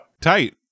Tight